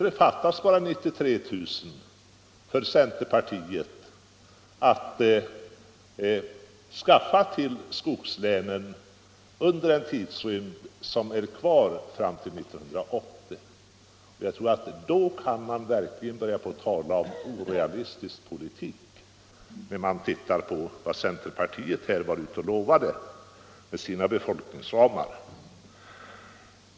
Det fattas bara 93 000 till för centerpartiet att skaffa till skogslänen under den tidrymd som är kvar fram till 1980. Här kan man verkligen tala om orealistisk politik när man tittar på vad centerpartiet var ute och lovade med sina befolkningsramar.